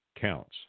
counts